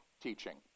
teaching